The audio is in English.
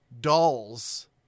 dolls